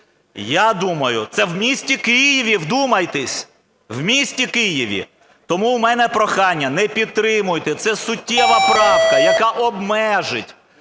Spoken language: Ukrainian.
Я думаю… Це в місті Києві. Вдумайтесь, в місті Києві. Тому у мене прохання: не підтримуйте, це суттєва правка, яка обмежить